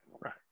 right